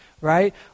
right